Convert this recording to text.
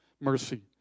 mercy